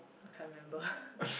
I can't remember